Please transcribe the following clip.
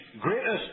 greatest